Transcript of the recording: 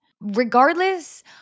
Regardless